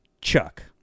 Chuck